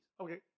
Okay